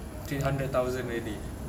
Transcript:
three hundred thousand already